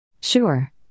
Sure